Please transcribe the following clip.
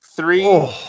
Three